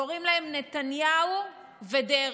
קוראים להם נתניהו ודרעי.